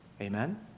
Amen